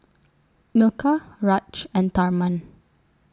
Milkha Raj and Tharman